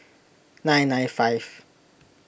nine nine five